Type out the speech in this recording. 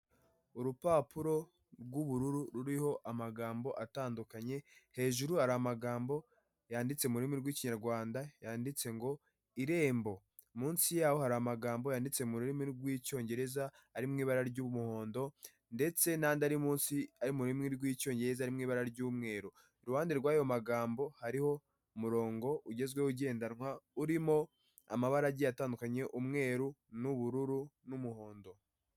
Urupapuro rw'ubururu ruriho amagambo atandukanye hejuru hari amagambo yanditse ururimi rw'ikinyarwanda yanditse ngo irembo, munsi yaho hari amagambo yanditse mu rurimi rw'icyongereza ari mu ibara ry'umuhondo ndetse n'andi ari munsi ari mu rurimi rw'icyongereza ari mu ibara ry'umweru . Iruhande rw'ayo magambo hariho umurongo ugezweho ugendanwa urimo amabara agiye atandukanye umweru, n'ubururu n'umuhondo.